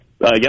Yes